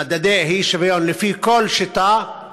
במדדי האי-שוויון, לפי כל שיטה,